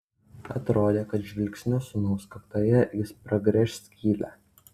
atrodė kad žvilgsniu sūnaus kaktoje jis pragręš skylę